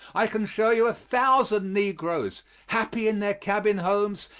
i can show you a thousand negroes, happy in their cabin homes,